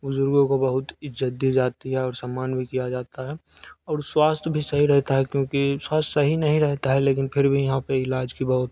बुज़ुर्गो को बहुत इज़्ज़त दी जाती है और सम्मान भी किया जाता है और स्वास्थ्य भी सही रहता है क्योंकि स्वास्थ्य सही नहीं रहता है लेकिन फिर भी यहाँ पे इलाज की बहुत